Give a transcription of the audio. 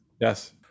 Yes